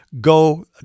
go